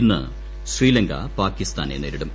ഇന്ന് ശ്രീലങ്ക പാകിസ്ഥാനെ നേരിടും